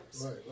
right